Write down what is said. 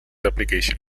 application